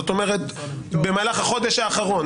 זאת אומרת, במהלך החודש האחרון.